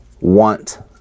want